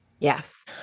Yes